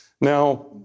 Now